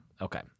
Okay